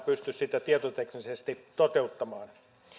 pysty sitä ainakaan tietoteknisesti toteuttamaan